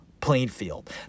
Plainfield